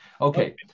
Okay